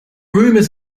rumors